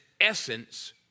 essence